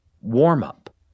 Warm-up